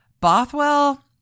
Bothwell